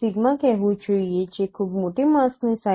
sigma કહેવું જોઈએ જે ખૂબ મોટી માસ્કની સાઇઝ છે